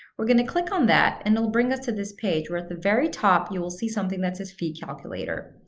we're going to click on that, and it'll bring us to this page where at the very top you will see something that says, fee calculator.